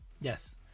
Yes